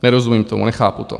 Nerozumím tomu, nechápu to.